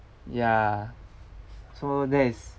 ya so that is